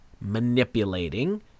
manipulating